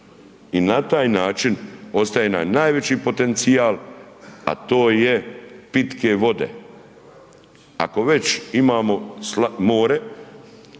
I na taj način ostaje nam najveći potencijal, a to je pitke vode, ako već imamo more,